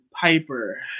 Piper